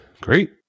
Great